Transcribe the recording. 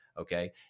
okay